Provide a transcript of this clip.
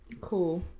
Cool